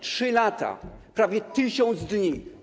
3 lata, prawie 1000 dni.